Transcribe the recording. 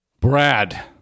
Brad